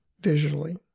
visually